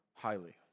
highly